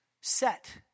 set